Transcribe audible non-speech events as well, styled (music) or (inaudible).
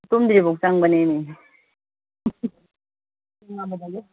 ꯇꯨꯝꯗ꯭ꯔꯤꯐꯥꯎ ꯆꯪꯕꯅꯤꯅꯦ (unintelligible)